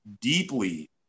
deeply